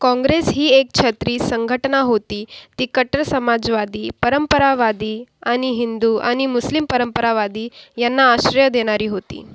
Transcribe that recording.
काँग्रेस ही एक छत्री संघटना होती ती कट्टर समाजवादी परंपरावादी आणि हिंदू आणि मुस्लिम परंपरावादी यांना आश्रय देणारी होती